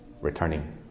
returning